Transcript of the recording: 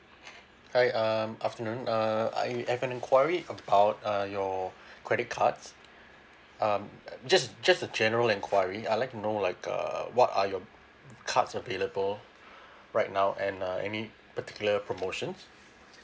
hi um afternoon uh I have an enquiry about uh your credit cards um just just a general enquiry I'd to like uh what are your cards available right now and uh any particular promotions